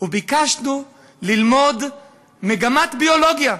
וביקשנו ללמוד מגמת ביולוגיה.